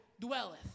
dwelleth